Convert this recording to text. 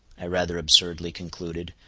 i rather absurdly concluded,